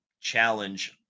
challenge